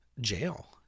jail